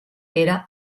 pere